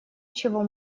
чего